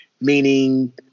meaning